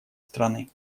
страны